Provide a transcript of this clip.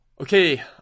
Okay